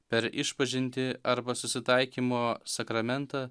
per išpažintį arba susitaikymo sakramentą